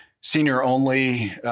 senior-only